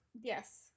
Yes